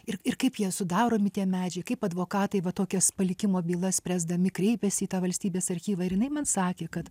ir ir kaip jie sudaromi tie medžiai kaip advokatai va tokias palikimo bylas spręsdami kreipiasi į tą valstybės archyvą ir jinai man sakė kad